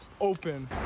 open